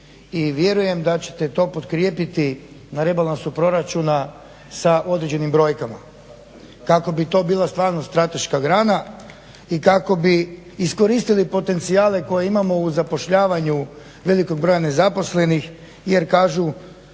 i vjerujem da ćete to potkrijepiti na rebalansu proračuna sa određenim brojkama kako bi to bila stvarno strateška grana i kako bi iskoristili potencijale koje imamo u zapošljavanju velikog broja nezaposlenih jer kažu